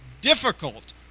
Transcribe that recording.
Difficult